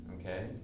okay